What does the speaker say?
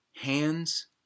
hands